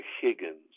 Higgins